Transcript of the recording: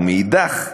ומאידך גיסא,